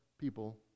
people